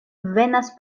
venas